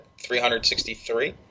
363